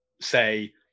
say